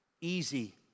easy